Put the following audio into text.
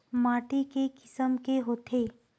माटी के किसम के होथे?